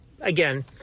Again